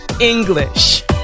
English